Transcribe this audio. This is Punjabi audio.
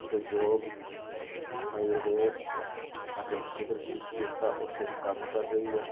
ਜੋ ਯੋਗ ਆਯੁਰਵੇਦ ਅਤੇ ਕੁਦਰਤੀ ਚਕਿਤਸਾ ਉੱਤੇ ਕੰਮ ਕਰ ਰਹੀ ਹੈ